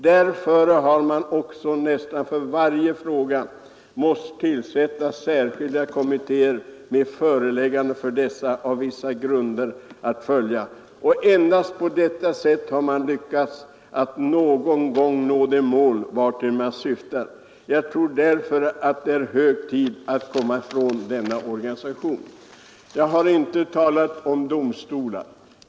Derföre har man också nästan för hvarje fråga måst tillsätta särskilda komitéer med föreläggande för dessa af vissa grunder att fö ; och endast på detta sätt har man lyckats att någon gång nå det mål, hvartill man syftat. Jag tror derföre, att det är hög tid att komma från denna organisation.” Jag har inte talat om domstolar.